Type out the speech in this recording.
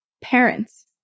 parents